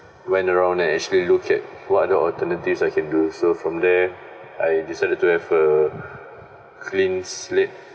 went around and actually look at what other alternatives I can do so from there I decided to have a clean slip